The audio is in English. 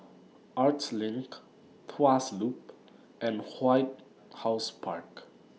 Arts LINK Tuas Loop and White House Park